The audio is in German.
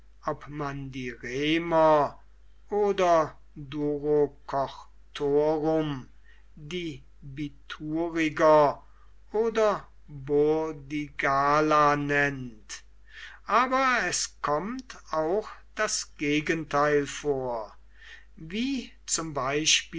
ob man die remer oder durocortorum die bituriger oder burdigala nennt aber es kommt auch das gegenteil vor wie zum